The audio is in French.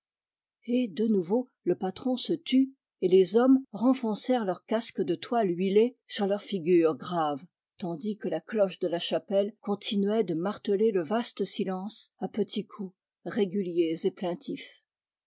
et de nouveau le patron se tut et les hommes renfoncèrent leurs casques de toile huilée sur leurs figures graves tandis que la cloche de la chapelle continuait de marteler le vaste silence à petits coups réguliers